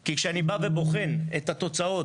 כי כשאני בא ובוחן את התוצאות,